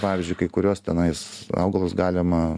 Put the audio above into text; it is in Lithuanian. pavyzdžiui kai kuriuos tenais augalus galima